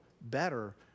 better